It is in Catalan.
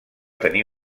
tenir